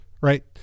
Right